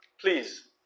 Please